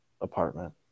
apartment